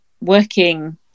working